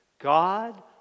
God